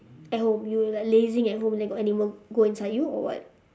at home you like lazing at home then got animal go inside you or what